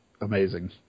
amazing